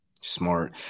Smart